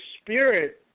spirit